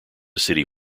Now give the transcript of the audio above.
city